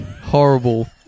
horrible